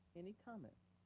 any comments?